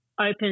open